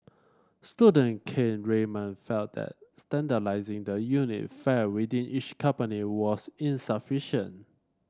student Kane Raymond felt that standardising the unit fare within each company was insufficient